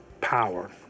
power